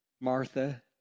Martha